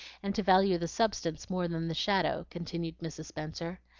and to value the substance more than the shadow, continued mrs. spenser.